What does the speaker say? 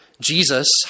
Jesus